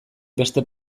beste